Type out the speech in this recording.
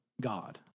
God